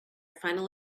final